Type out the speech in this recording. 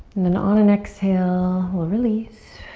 and then on an exhale we'll release.